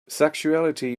sexuality